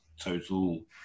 total